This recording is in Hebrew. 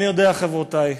אני יודע, חברותי,